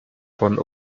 von